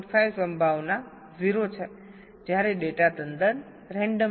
5 સંભાવના 0 છે જ્યારે ડેટા તદ્દન રેન્ડમ છે